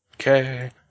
Okay